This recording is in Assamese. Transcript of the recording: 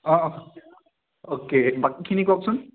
অ' অ'কে বাকীখিনি কওকচোন